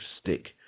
stick